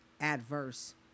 adverse